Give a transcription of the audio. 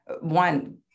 one